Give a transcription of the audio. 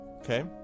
Okay